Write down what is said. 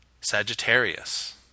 Sagittarius